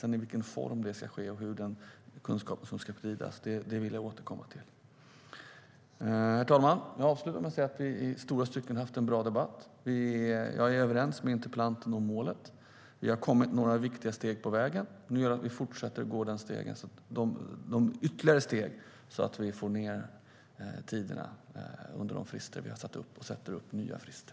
I vilken form det sedan ska ske och hur kunskapen ska spridas vill jag återkomma till. Herr talman! Jag vill avsluta med att säga att vi i stora stycken haft en bra debatt. Jag är överens med interpellanten om målet. Vi har tagit några viktiga steg på vägen. Nu gäller det att vi fortsätter att ta ytterligare steg så att vi får handläggningstider inom de frister vi har satt upp och sätter upp nya frister.